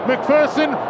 McPherson